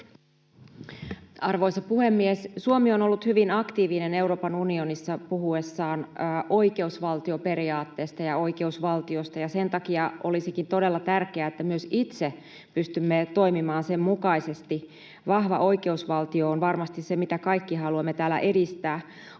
Arvoisa puhemies! Suomi on ollut hyvin aktiivinen Euroopan unionissa puhuessaan oikeusvaltioperiaatteesta ja oikeusvaltiosta, ja sen takia olisikin todella tärkeää, että myös itse pystymme toimimaan sen mukaisesti. Vahva oikeusvaltio on varmasti se, mitä kaikki haluamme täällä edistää.